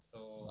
but